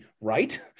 right